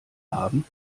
haben